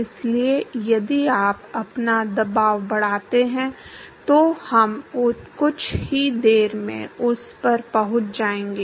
इसलिए यदि आप अपना दबाव बढ़ाते हैं तो हम कुछ ही देर में उस पर पहुंच जाएंगे